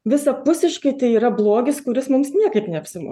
visapusiškai tai yra blogis kuris mums niekaip neapsimo